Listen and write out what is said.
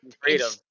freedom